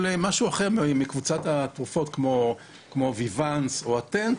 אבל משהו אחר מקבוצת התרופות כמו "ויוואנס" או "אטנט",